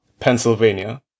Pennsylvania